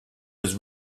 was